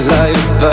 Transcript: life